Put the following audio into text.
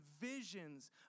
visions